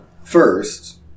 first